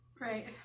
Right